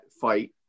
fight